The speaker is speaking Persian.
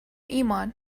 ایمان